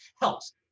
helps